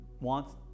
wants